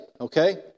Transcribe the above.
Okay